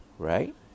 Right